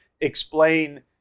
explain